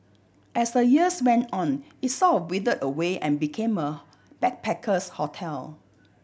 as the years went on it sort of withered away and became a backpacker's hotel